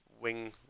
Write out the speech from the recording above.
wing